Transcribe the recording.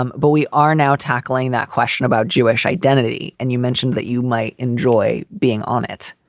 um but we are now tackling that question about jewish identity. and you mentioned that you might enjoy being on it.